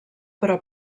però